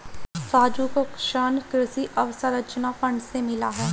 राजू को ऋण कृषि अवसंरचना फंड से मिला है